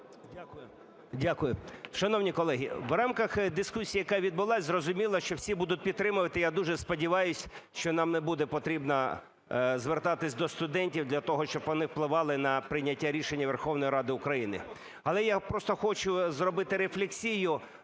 Дякую. Шановні колеги, в рамках дискусії, яка відбулась, зрозуміло, що всі будуть підтримувати. Я дуже сподіваюсь, що нам не буде потрібно звертатись до студентів для того, щоб вони впливали на прийняття рішення Верховної Ради України. Але я просто хочу зробити рефлексію